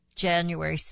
January